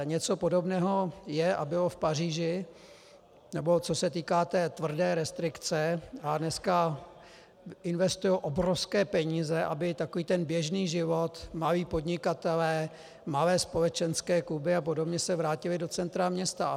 Něco podobného je a bylo v Paříži, nebo co se týká té tvrdé restrikce, a dnes investují obrovské peníze, aby takový ten běžný život, malí podnikatelé, malé společenské kluby apod. se vrátili do centra města.